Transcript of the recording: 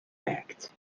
fact